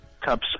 cups